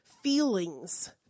feelings